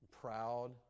proud